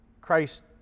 Christ